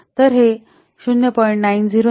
तर हे 0